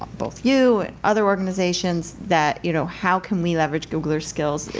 both you and other organizations that you know how can we leverage googler skills.